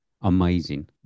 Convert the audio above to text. Amazing